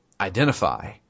identify